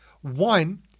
One